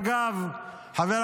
אגב, חברי